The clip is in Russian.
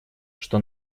что